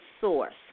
source